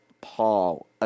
Paul